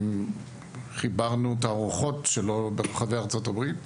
חיברנו תערוכות שלו ברחבי ארצות הברית,